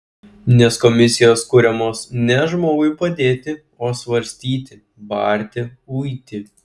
nes komisijos kuriamos ne žmogui padėti o svarstyti barti uiti